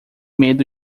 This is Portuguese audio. medo